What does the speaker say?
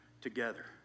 together